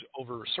over